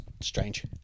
strange